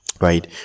right